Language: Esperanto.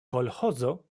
kolĥozo